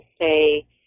say